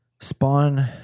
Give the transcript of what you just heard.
spawn